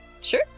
Sure